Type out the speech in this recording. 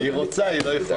היא רוצה, היא לא יכולה.